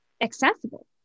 accessible